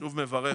שוב מברך